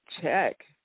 check